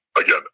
Again